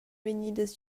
vegnidas